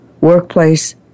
workplace